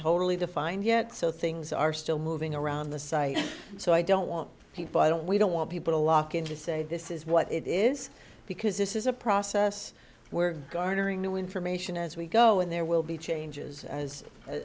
totally defined yet so things are still moving around the site so i don't want people i don't we don't want people to lock in to say this is what it is because this is a process where garnering new information as we go in there will be changes as